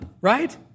right